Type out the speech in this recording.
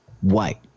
White